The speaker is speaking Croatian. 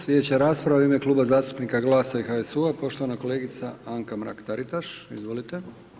Sljedeća raspravu ime Kluba zastupnika GLAS-a i HSU-a poštovana kolegica Anka Mrak Taritaš, izvolite.